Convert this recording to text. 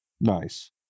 Nice